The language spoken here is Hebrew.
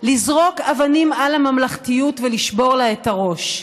לזרוק אבנים על הממלכתיות ולשבור לה את הראש.